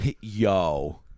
yo